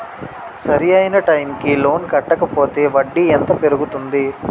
సరి అయినా టైం కి లోన్ కట్టకపోతే వడ్డీ ఎంత పెరుగుతుంది?